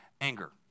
Anger